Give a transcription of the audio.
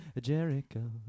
Jericho